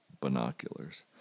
binoculars